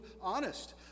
honest